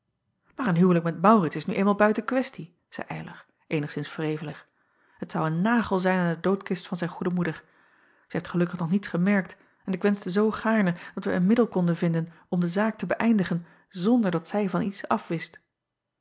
aar een huwelijk met aurits is nu eenmaal buiten questie zeî ylar eenigszins wrevelig het zou een nagel zijn aan de doodkist van zijn goede moeder ij heeft gelukkig nog niets gemerkt en ik wenschte zoo gaarne dat wij een middel konden vinden om de zaak te beëindigen zonder dat zij van iets afwist